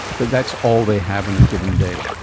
but that's all they have in a given day.